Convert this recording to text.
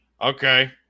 Okay